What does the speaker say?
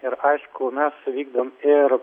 ir aišku mes vykdome ir